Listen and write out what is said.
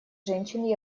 женщин